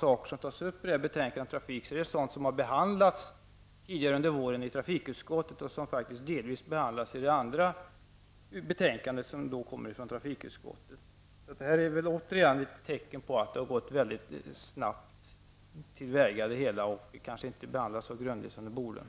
Det som tas upp i detta betänkande om trafik är också sådant som tidigare under våren behandlats i trafikutskottet. Det behandlas också delvis i ett betänkade som kommer från trafikutskottet. Detta är återigen ett tecken på att det hela gått väldigt snabbt till väga och att det kanske inte har behandlats så grundligt som det kanske borde.